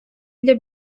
для